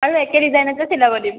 আৰু একেই ডিজাইনতে চিলাব দিম